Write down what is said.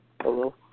Hello